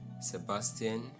Sebastian